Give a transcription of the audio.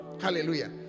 Hallelujah